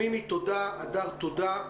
מימי תודה, הדר תודה.